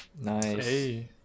Nice